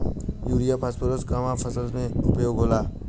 Urea phosphorus कवना फ़सल में उपयोग होला?